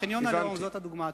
חניון הלאום הוא הדוגמה הטובה.